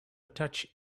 attach